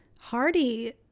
Hardy